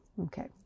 Okay